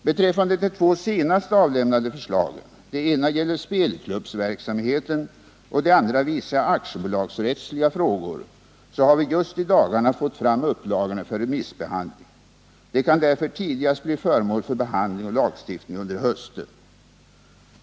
Beträffande de två senast avlämnade förslagen — det ena gäller spelklubbsverksamheten och det andra vissa aktiebolagsrättsliga frågor — har vi just i dagarna fått fram upplagorna för remissbehandling. De kan därför tidigast bli föremål för behandling och lagstiftning under hösten.